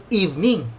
evening